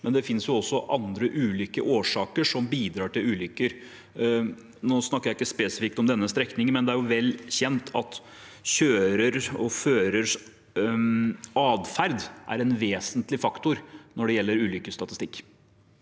Men det finnes også andre årsaker som bidrar til ulykker. Jeg snakker ikke nå spesifikt om denne strekningen, men det er vel kjent at førers adferd er en vesentlig faktor når det gjelder ulykkesstatistikk.